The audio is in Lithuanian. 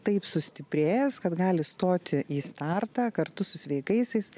taip sustiprėjęs kad gali stoti į startą kartu su sveikaisiais